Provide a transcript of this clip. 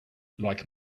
like